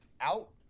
out